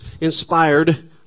inspired